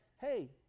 Hey